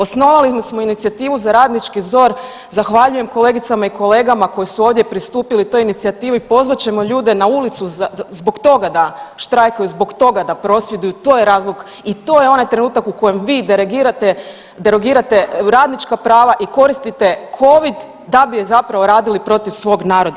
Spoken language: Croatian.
Osnovali smo inicijativu za radnički ZOR, zahvaljujem kolegicama i kolegama koji su ovdje pristupili toj inicijativi, pozvat ćemo ljude na ulicu, zbog toga da štrajkaju, zbog toga da prosvjeduju, to je razlog i to je onaj trenutak u kojem vi derogirate radnička prava i koristite Covid da bi zapravo radili protiv svog naroda.